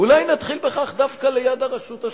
אולי נתחיל בכך דווקא ליד הרשות השופטת.